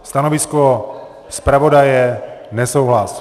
Stanovisko zpravodaje: nesouhlas.